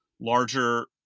larger